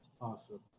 Awesome